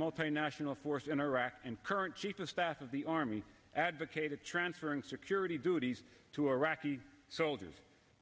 multinational force in iraq and current chief of staff of the army advocated transferring security duties to iraqi soldiers